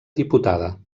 diputada